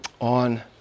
On